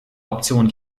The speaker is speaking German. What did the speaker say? option